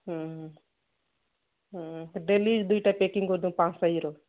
ହୁଁ ହଁ ତ ଡେଲି ୟୁଜ୍ ଦୁଇଟା ପ୍ୟାକିଙ୍ଗ୍ କରିଦେଉନ୍ ପାଞ୍ଚ ସାଇଜ୍ର